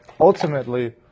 Ultimately